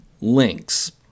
links